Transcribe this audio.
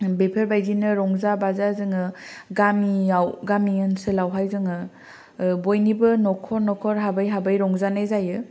बेफोरबादिनो रंजा बाजा जोङो गामियाव गामि ओनसोलावहाय जोङो बयनिबो नखर नखर हाबै हाबै रंजानाय जायो